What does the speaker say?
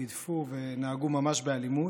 גידפו ונהגו ממש באלימות.